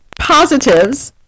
positives